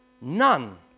None